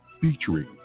featuring